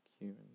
human